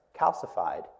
calcified